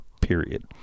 period